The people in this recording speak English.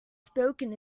spoken